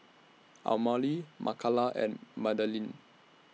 Amalie Makala and Madalynn